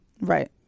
right